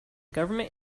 government